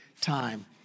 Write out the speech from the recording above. time